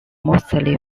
mostly